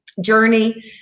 journey